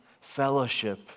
fellowship